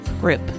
group